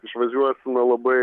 išvažiuosime labai